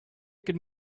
could